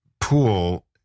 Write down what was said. pool